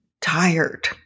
tired